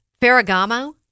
Ferragamo